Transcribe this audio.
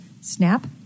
Snap